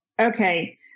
okay